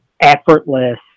effortless